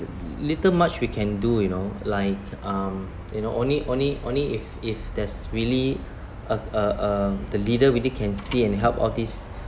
little much we can do you know like um you know only only only if if there's really a a a the leader really can see and help all these